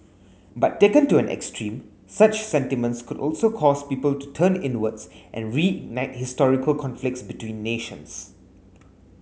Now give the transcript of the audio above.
but taken to an extreme such sentiments could also cause people to turn inwards and reignite historical conflicts between nations